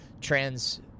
trans